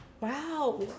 wow